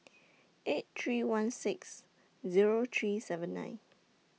eight three one six Zero three seven nine